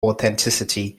authenticity